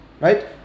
right